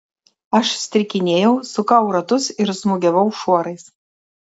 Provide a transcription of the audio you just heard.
aš strikinėjau sukau ratus ir smūgiavau šuorais